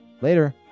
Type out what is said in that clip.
later